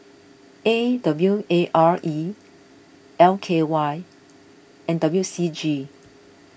A W A R E L K Y and W C G